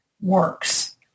works